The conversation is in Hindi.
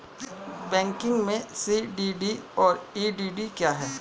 बैंकिंग में सी.डी.डी और ई.डी.डी क्या हैं?